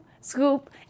scoop